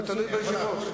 זה תלוי בישיבות.